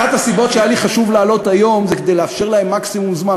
אחת הסיבות שהיה לי חשוב לעלות היום זה כדי לאפשר להם מקסימום זמן.